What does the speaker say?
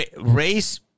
race